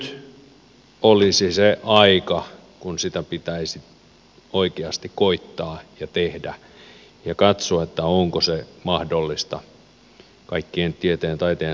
nyt olisi se aika kun sitä pitäisi oikeasti koettaa ja tehdä ja katsoa onko se mahdollista kaikkien tieteen ja taiteen sääntöjen mukaisesti